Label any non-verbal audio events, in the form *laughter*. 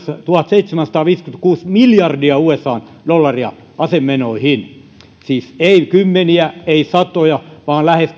tuhatseitsemänsataaviisikymmentäkuusi miljardia usan dollaria asemenoihin siis ei kymmeniä ei satoja vaan lähes *unintelligible*